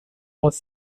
was